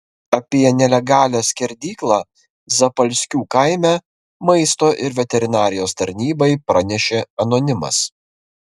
apie nelegalią skerdyklą zapalskių kaime maisto ir veterinarijos tarnybai pranešė anonimas